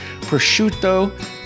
prosciutto